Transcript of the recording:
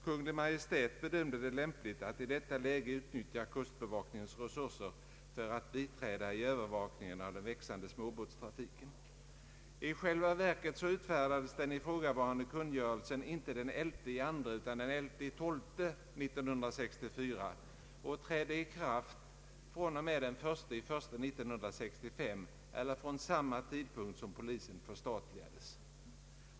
Kungl. Maj:t bedömde det lämpligt att i detta läge utnyttja kustbevakningens resurser för att biträda i övervakningen av den växande småbåtstrafiken.” I själva verket utfärdades den ifrågavarande kungörelsen inte den 11 12 1964, och den trädde i kraft den 1/1 1965, eller vid samma tidpunkt som polisen förstatligades.